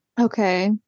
Okay